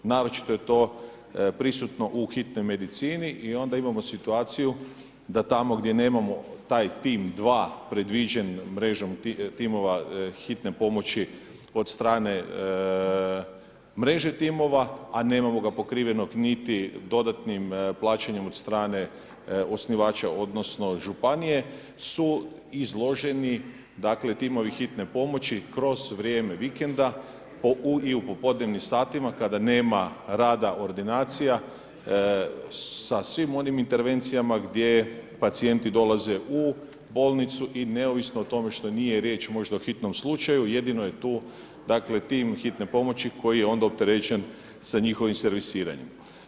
Naročito je to prisutno u hitnoj medicini i onda imamo situaciju da tamo gdje nemamo taj TIM2 predviđen mrežom timova hitne pomoći od strane mreže timova, a nemamo ga pokrivenog niti dodatnim plaćanjem od strane osnivača odnosno županije su izloženi, dakle, timovi hitne pomoći kroz vrijeme vikenda i u popodnevnim satima kada nema rada ordinacija sa svim onim intervencijama gdje pacijenti dolaze u bolnicu i neovisno o tome što nije riječ možda o hitnom slučaju, jedino je tu, dakle, tim hitne pomoći koji je onda opterećen s njihovim servisiranjem.